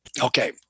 okay